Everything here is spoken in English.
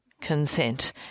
consent